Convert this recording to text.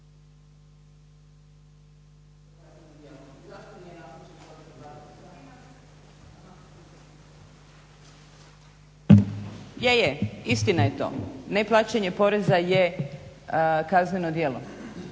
je, istina je to, neplaćanje poreza je kazneno djelo.